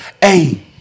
Hey